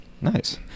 nice